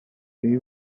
they